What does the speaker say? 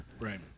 Right